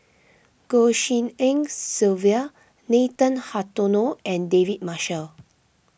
Goh Tshin En Sylvia Nathan Hartono and David Marshall